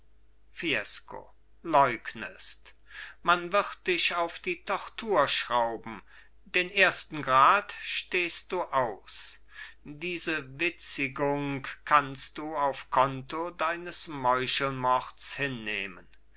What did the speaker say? fiesco leugnest man wird dich auf die tortur schrauben den ersten grad stehst du aus diese witzigung kannst du auf konto deines meuchelmords hinnehmen